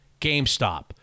GameStop